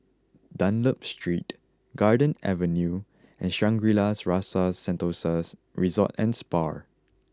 Dunlop Street Garden Avenue and Shangri La's Rasa Sentosa Resort and Spa